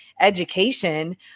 education